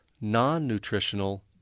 non-nutritional